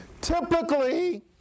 Typically